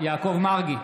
יעקב מרגי,